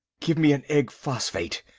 give me an egg phosphate,